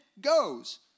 goes